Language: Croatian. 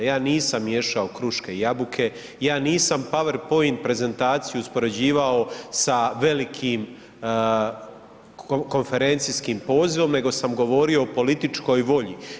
Ja nisam miješao kruške i jabuke, ja nisam PowerPoint prezentaciju uspoređivao sa velikim konferencijskim pozivom, nego sam govorio o političkoj volji.